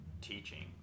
teaching